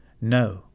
No